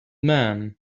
man